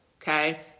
okay